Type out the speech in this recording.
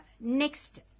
next